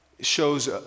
shows